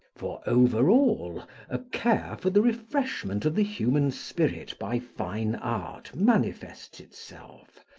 for over all a care for the refreshment of the human spirit by fine art manifests itself,